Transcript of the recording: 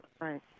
right